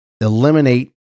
eliminate